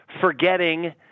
forgetting